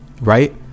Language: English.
right